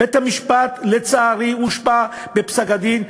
בית-המשפט, לצערי, הושפע בפסק-הדין.